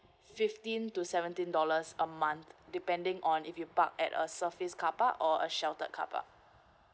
fifteen to seventeen dollars a month depending on if you park at a surface car park or a sheltered car park